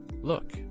look